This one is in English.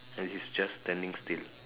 and he's just standing still